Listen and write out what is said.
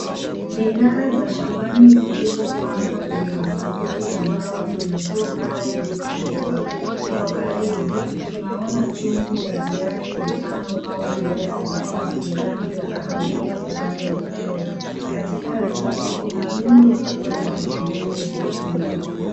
Bidhaa za shambani zilizopangwa kwenye masanduku ya mbao kwenye soko au duka la mboga. Kwa karibu, tunaona chungu za viazi vitamu au viazi vikuu vya rangi ya kahawia upande wa kushoto. Katikati kuna rundo kubwa la vitunguu vyekundu.